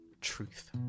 Truth